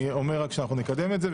אני רק אומר שאנחנו נקדם את זה,